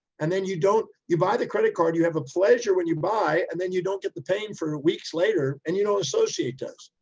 and then you don't, you buy the credit card. you have a pleasure when you buy and then you don't get the pain for weeks later and you don't know associate those.